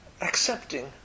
accepting